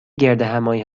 گردهمآیی